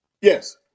Yes